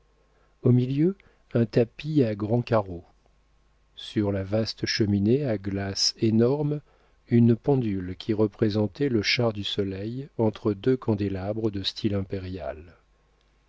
au milieu un tapis à grands carreaux sur la vaste cheminée à glace énorme une pendule qui représentait le char du soleil entre deux candélabres de style impérial